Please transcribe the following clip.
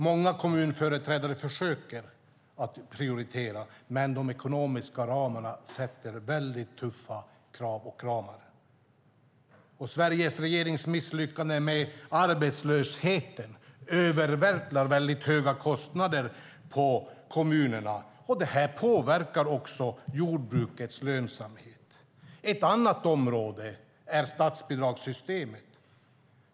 Många kommunföreträdare försöker att prioritera, men de ekonomiska ramarna innebär väldigt tuffa krav och gränser. Sveriges regerings misslyckande när det gäller arbetslösheten övervältrar väldigt höga kostnader på kommunerna, och det påverkar också jordbrukets lönsamhet. Ett annat område är statsbidragssystemet.